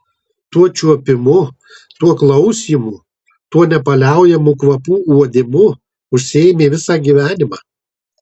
tuo čiuopimu tuo klausymu tuo nepaliaujamu kvapų uodimu užsiėmė visą gyvenimą